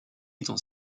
dans